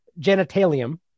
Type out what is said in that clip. genitalium